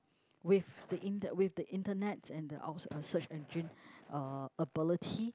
with the inter~ with the internets and the out uh search engine uh ability